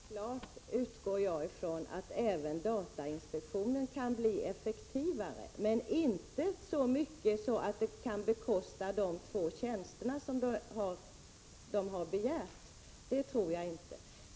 Herr talman! Självfallet utgår jag ifrån att även datainspektionen kan bli effektivare, men jag tror inte att den kan bli så mycket effektivare att det kan bekosta de två tjänster som datainspektionen har begärt.